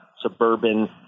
suburban